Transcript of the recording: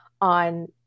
on